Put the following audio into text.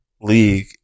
league